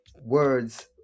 words